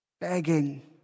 begging